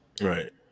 Right